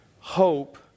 hope